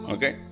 Okay